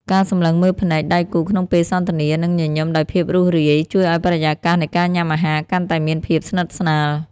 ការសម្លឹងមើលភ្នែកដៃគូក្នុងពេលសន្ទនា និងញញឹមដោយភាពរួសរាយ ជួយឱ្យបរិយាកាសនៃការញ៉ាំអាហារកាន់តែមានភាពស្និទ្ធស្នាល។